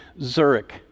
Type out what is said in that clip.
Zurich